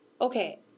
okay